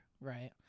right